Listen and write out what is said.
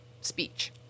speech